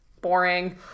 Boring